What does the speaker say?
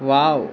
wow